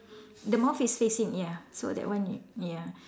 the mouth is facing ya so that one y~ ya